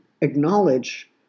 acknowledge